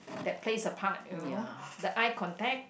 that plays a part you know the eye contact